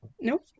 Nope